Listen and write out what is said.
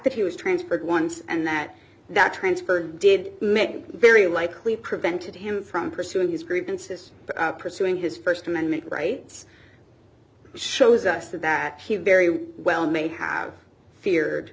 that he was transferred once and that that transfer did make it very likely prevented him from pursuing his grievances pursuing his st amendment rights shows us that he very well may have feared